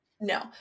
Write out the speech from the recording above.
No